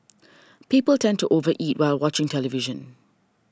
people tend to over eat while watching television